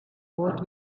both